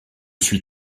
suis